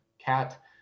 Cat